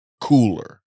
cooler